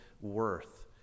worth